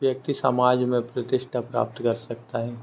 व्यक्ति समाज में प्रतिष्ठा प्राप्त कर सकता है